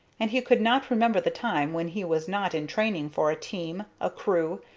and he could not remember the time when he was not in training for a team, a crew,